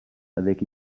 avec